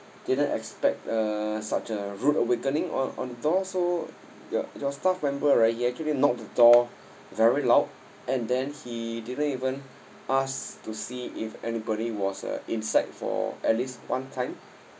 didn't expect uh such a rude awakening on on the door so your your staff member right he actually knocked the door very loud and then he didn't even ask to see if anybody was uh inside for at least one time